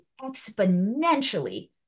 exponentially